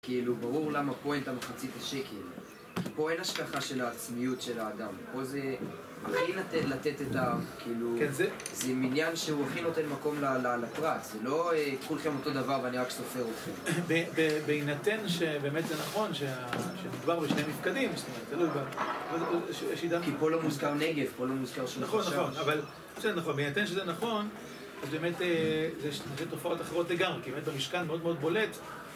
כאילו, ברור למה פה אין את המחצית השקל כי פה אין השכחה של העצמיות של האדם, פה זה הכי לתת את ה... כאילו, זה מניין שהוא הכי נותן מקום לפרט זה לא כולכם אותו דבר ואני רק סופר אתכם. בהינתן שבאמת זה נכון שמדובר בשני מפקדים זאת אומרת, תלוי ב... כי פה לא מוזכר נגב, פה לא מוזכר של חשש. נכון, נכון, אבל בסדר נכון, בהינתן שזה נכון, אז באמת זה תופעות אחרות לגמרי כי באמת במשכן מאוד מאוד בולט